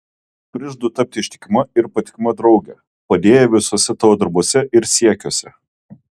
prižadu tapti ištikima ir patikima drauge padėjėja visuose tavo darbuose ir siekiuose